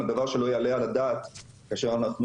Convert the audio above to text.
הדבר שלא יעלה על הדעת כאשר אנחנו